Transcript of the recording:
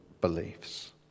beliefs